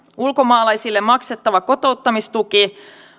ulkomaalaisille maksettava kotouttamistuki